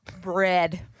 Bread